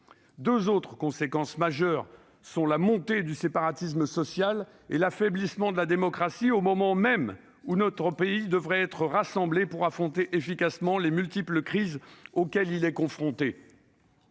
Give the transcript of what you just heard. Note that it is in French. Deux autres conséquences majeures sont la montée du séparatisme social et l'affaiblissement de la démocratie, au moment même où notre pays devrait être rassemblé pour affronter efficacement les multiples crises auxquelles il est confronté.